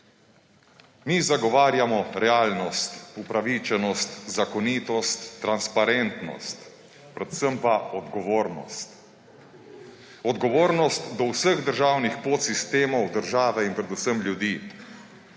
Mi zagovarjamo realnost, upravičenost, zakonitost, transparentnost, predvsem pa odgovornost. Odgovornost do vseh državnih podsistemov države in predvsem ljudi.